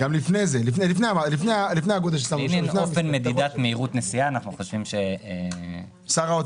אם זה רק תיאורטי אז תעשה את זה